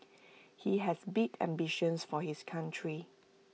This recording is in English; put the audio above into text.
he has big ambitions for his country